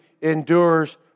endures